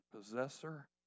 possessor